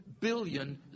billion